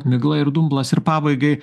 migla ir dumblas ir pabaigai